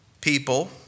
people